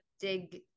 dig